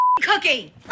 cookie